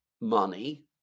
money